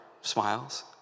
smiles